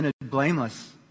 blameless